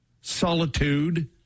solitude